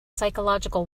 psychological